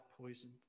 poison